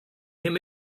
him